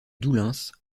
doullens